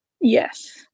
Yes